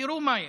תראו מה יש,